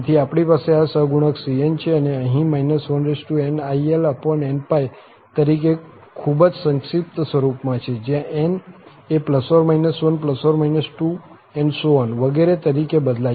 તેથી આપણી પાસે આ સહગુણક cn છે અહીં nilnπ તરીકે ખૂબ જ સંક્ષિપ્ત સ્વરૂપમાં છે જ્યાં n એ ±1±2 વગેરે તરીકે બદલાય છે